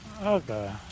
Okay